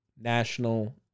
national